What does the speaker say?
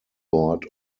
board